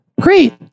great